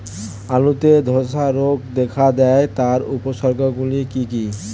আলুতে ধ্বসা রোগ দেখা দেয় তার উপসর্গগুলি কি কি?